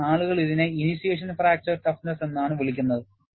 അതിനാൽ ആളുകൾ ഇതിനെ ഇനിഷ്യേഷൻ ഫ്രാക്ചർ ടഫ്നെസ് എന്നാണ് വിളിക്കുന്നത്